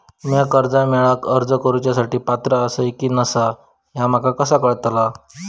म्या कर्जा मेळाक अर्ज करुच्या साठी पात्र आसा की नसा ह्या माका कसा कळतल?